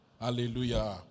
Hallelujah